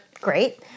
Great